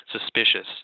suspicious